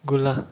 good lah